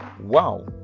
WOW